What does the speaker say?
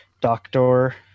Doctor